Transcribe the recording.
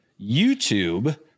YouTube